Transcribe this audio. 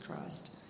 Christ